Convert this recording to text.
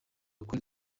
gukora